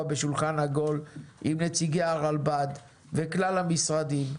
בשולחן עגול עם נציגי הרלב"ד וכלל המשרדים,